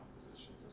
compositions